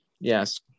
Yes